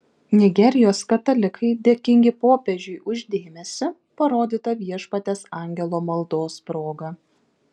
nigerijos katalikai dėkingi popiežiui už dėmesį parodytą viešpaties angelo maldos proga